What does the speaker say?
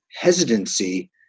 hesitancy